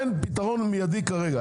אין פתרון מיידי כרגע.